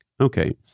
Okay